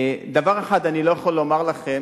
דבר אחד אני לא יכול לומר לכם,